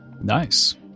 Nice